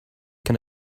can